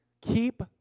Keep